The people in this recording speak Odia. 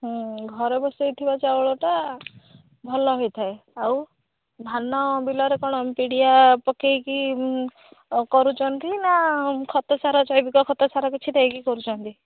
ହଁ ଘରେ ବସେଇଥିବା ଚାଉଳଟା ଭଲ ହୋଇଥାଏ ଆଉ ଧାନ ବିଲରେ କ'ଣ ପିଡ଼ିଆ ପକାଇକି କରୁଛନ୍ତି ନା ଖତ ସାର ଜୈବିକ ଖତ ସାର କିଛି ଦେଇକି କରୁଛନ୍ତି